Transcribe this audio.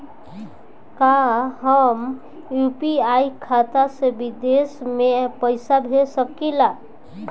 का हम यू.पी.आई खाता से विदेश में पइसा भेज सकिला?